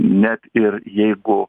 net ir jeigu